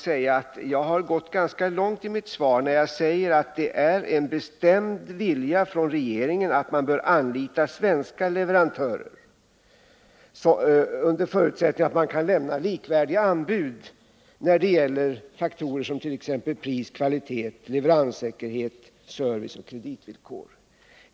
Men jag har gått ganska långt i mitt svar när jag säger att det är en bestämd vilja från regeringen att man bör anlita svenska leverantörer under förutsättning att dessa kan lämna likvärdiga anbud när det gäller faktorer som pris, kvalitet, leveranssäkerhet, service och kreditvillkor.